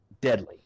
deadly